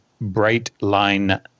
bright-line